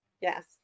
Yes